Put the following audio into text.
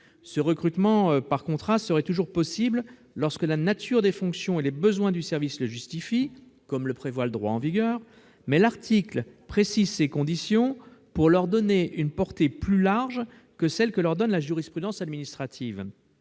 Ce recrutement par contrat serait toujours possible lorsque la nature des fonctions ou les besoins des services le justifient, comme le prévoit le droit en vigueur, mais l'article précise ces conditions pour leur donner une portée plus large que celle que leur confère la jurisprudence administrative.